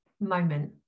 moment